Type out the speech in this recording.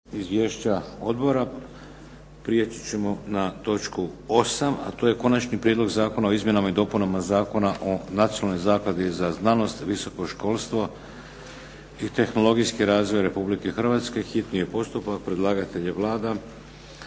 izvješća odbora prijeći ćemo na točku 8, a to je - Konačni prijedlog zakona o izmjenama i dopunama Zakona o Nacionalnoj zakladi za znanost, visoko školstvo i tehnologijski razvoj Republike Hrvatske, hitni postupak, prvo